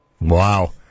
Wow